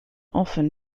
often